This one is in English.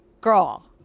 Girl